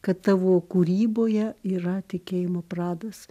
kad tavo kūryboje yra tikėjimo pradas